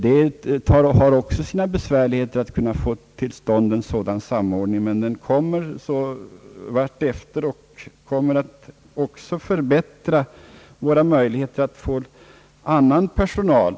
Det är också besvärligt att få till stånd en sådan samordning, men den kommer undan för undan, och den kommer att förbättra våra möjligheter att få annan personal.